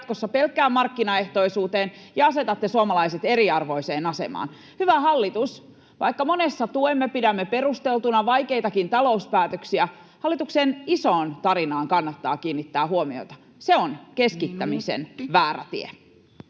jatkossa pelkkään markkinaehtoisuuteen ja asetatte suomalaiset eriarvoiseen asemaan. Hyvä hallitus, vaikka monessa tuemme, pidämme perusteltuna vaikeitakin talouspäätöksiä, hallituksen isoon tarinaan kannattaa kiinnittää huomiota. Se on keskittämisen väärä tie.